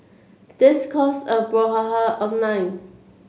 this caused a brouhaha online